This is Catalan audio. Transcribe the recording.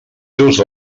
seus